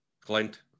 Clint